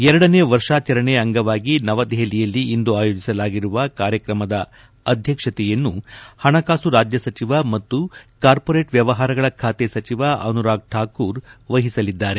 ಎರಡನೇ ವರ್ಷಾಚರಣೆ ಅಂಗವಾಗಿ ನವದೆಹಲಿಯಲ್ಲಿ ಇಂದು ಆಯೋಜಿಸಲಾಗಿರುವ ಕಾರ್ಯಕ್ರಮದ ಅಧ್ಯಕ್ಷತೆಯನ್ನು ಹಣಕಾಸು ರಾಜ್ಯ ಸಚಿವ ಮತ್ತು ಕಾರ್ಪೊರೇಟ್ ವ್ಯವಹಾರಗಳ ಖಾತೆ ಸಚಿವ ಅನುರಾಗ್ ಠಾಕೂರ್ ಇದರ ಅಧ್ಯಕ್ಷತೆ ವಹಿಸಲಿದ್ದಾರೆ